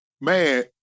man